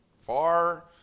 far